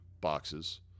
boxes